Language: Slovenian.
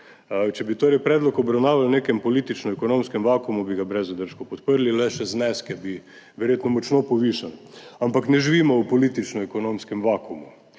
Če bi torej predlog obravnavali v nekem politično-ekonomskem vakuumu, bi ga brez zadržkov podprli, le še zneske bi verjetno močno povišali, ampak ne živimo v politično-ekonomskem vakuumu.